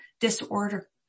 disorder